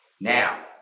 Now